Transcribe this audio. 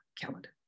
calendar